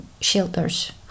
shelters